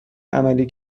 عملی